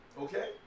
Okay